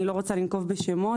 אני לא רוצה לנקוב בשמות,